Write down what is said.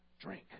drink